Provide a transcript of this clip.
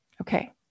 Okay